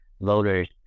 voters